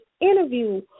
interview